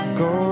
go